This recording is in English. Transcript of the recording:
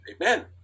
Amen